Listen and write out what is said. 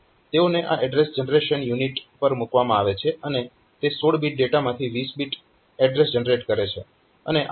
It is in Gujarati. તેઓને આ એડ્રેસ જનરેશન યુનિટ પર મૂકવામાં આવે છે અને તે 16 બીટ ડેટામાંથી 20 બીટ એડ્રેસ જનરેટ કરે છે